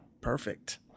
Perfect